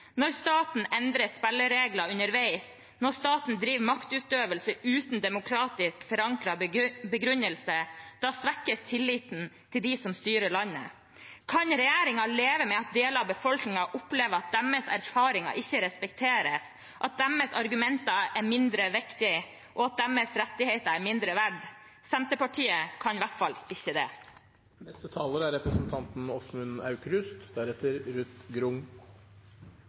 Når staten endrer spilleregler underveis, når staten driver maktutøvelse uten en demokratisk forankret begrunnelse, svekkes tilliten til dem som styrer landet. Kan regjeringen leve med at deler av befolkningen opplever at deres erfaringer ikke respekteres, at deres argumenter er mindre viktige, og at deres rettigheter er mindre verdt? Senterpartiet kan i hvert fall ikke det.